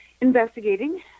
investigating